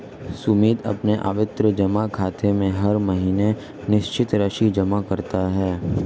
सुमित अपने आवर्ती जमा खाते में हर महीने निश्चित राशि जमा करता है